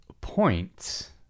points